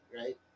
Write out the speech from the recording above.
right